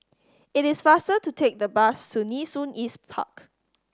it is faster to take the bus to Nee Soon East Park